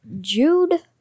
Jude